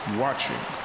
watching